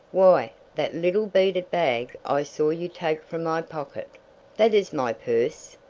why, that little beaded bag i saw you take from my pocket that is my purse!